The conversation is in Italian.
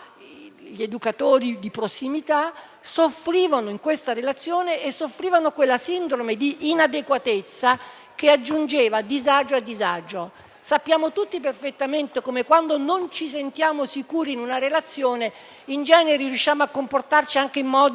gli educatori di prossimità - soffrissero in questa relazione e soffrissero quella sindrome di inadeguatezza che aggiungeva disagio a disagio. Sappiamo tutti perfettamente come, quando non ci sentiamo sicuri in una relazione, in genere riusciamo a comportarci anche in modo